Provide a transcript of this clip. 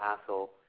hassle